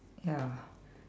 ya